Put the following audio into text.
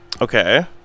Okay